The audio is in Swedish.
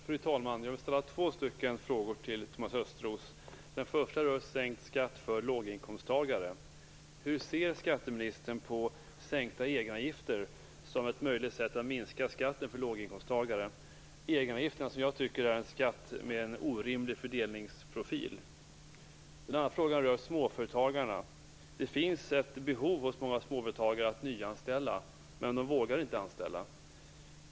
Fru talman! Jag vill ställa några frågor till Thomas Den första rör sänkt skatt för låginkomsttagare. Hur ser skatteministern på sänkta egenavgifter som ett möjligt sätt att minska skatten för låginkomsttagare? Jag tycker att egenavgifterna är en skatt med en orimlig fördelningsprofil. Den andra frågan rör småföretagarna. Det finns ett behov hos många småföretagare att nyanställa. Men de vågar inte anställa.